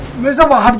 visible ah um